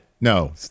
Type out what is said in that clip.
No